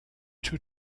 two